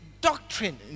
doctrine